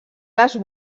les